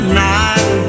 night